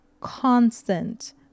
constant